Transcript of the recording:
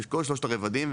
בכל שלושת הרבדים,